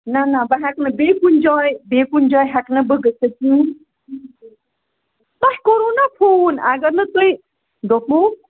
نہَ نہَ بہٕ ہٮ۪کہٕ نہٕ بیٚیہِ کُنہِ جایہِ بیٚیہِ کُنہِ جایہِ ہٮ۪کہٕ نہٕ بہٕ گٔژھِتھ کِہیٖنٛۍ تۄہہِ کوٚروٕ نا فون اگر نہٕ تُہۍ دوٚپمو